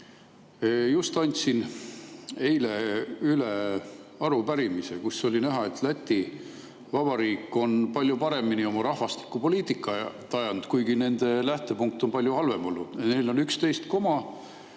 eile andsin üle arupärimise, kust oli näha, et Läti Vabariik on palju paremini oma rahvastikupoliitikat ajanud, kuigi nende lähtepunkt on palju halvem olnud. Neil oli 11